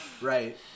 right